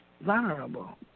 vulnerable